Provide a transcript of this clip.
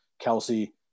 Kelsey